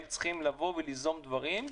הם צריכים ליזום דברים.